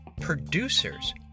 producers